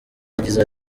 yagize